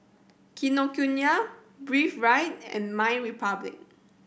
Kinokuniya Breathe Right and MyRepublic